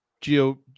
geo